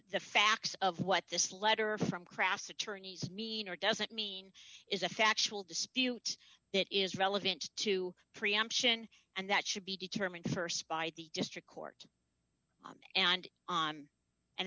the facts of what this letter from crass attorneys mean or doesn't mean is a factual dispute that is relevant to preemption and that should be determined st by the district court and on and